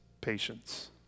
patience